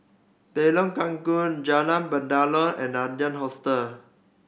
Telok Kurau Jalan Batalong and Adler Hostel